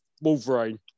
Wolverine